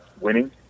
winning